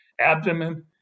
abdomen